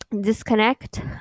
disconnect